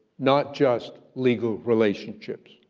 not just legal relationships,